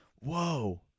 Whoa